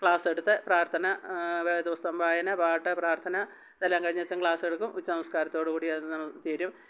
ക്ലാസ്സെടുത്ത് പ്രാർഥന വേദപുസ്തകം വായന പാട്ട് പ്രാർത്ഥന ഇതെല്ലം കഴിഞ്ഞച്ചൻ ക്ലാസ്സെടുക്കും ഉച്ചനമസ്ക്കാരത്തോട് കൂടിയത് നമുക്ക് തീരും